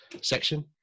section